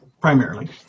primarily